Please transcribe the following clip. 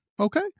Okay